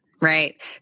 Right